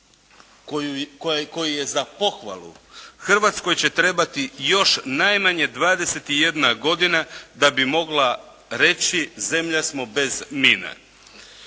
koji je za pohvalu Hrvatskoj će trebati još najmanje 21 godina da bi mogla reći zemlja smo bez mina.